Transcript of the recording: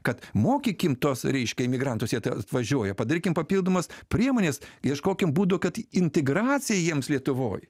kad mokykim tuos reiškia emigrantus jie atvažiuoja padarykim papildomas priemones ieškokim būdų kad integracija jiems lietuvoj